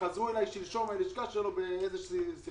חזרו אליי שלשום מהלשכה שלו, כי